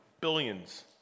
billions